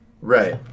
right